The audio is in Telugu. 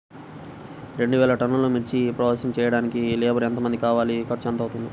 రెండు వేలు టన్నుల మిర్చి ప్రోసెసింగ్ చేయడానికి లేబర్ ఎంతమంది కావాలి, ఖర్చు ఎంత అవుతుంది?